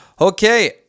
Okay